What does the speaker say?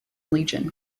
legion